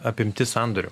apimtis sandorių